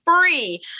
free